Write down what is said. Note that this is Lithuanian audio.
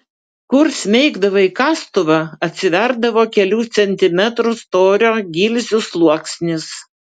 kur smeigdavai kastuvą atsiverdavo kelių centimetrų storio gilzių sluoksnis